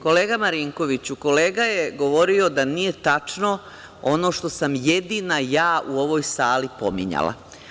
Kolega Marinkoviću, kolega je govorio da nije tačno ono što sam jedina ja u ovoj sali pominjala.